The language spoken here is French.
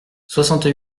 soixante